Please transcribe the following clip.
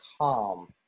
calm